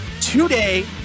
today